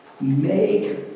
Make